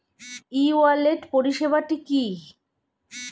ই wallet পরিষেবাটি কি?